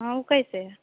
हाँ वह कैसे है